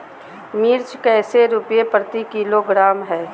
मिर्च कैसे रुपए प्रति किलोग्राम है?